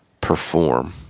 perform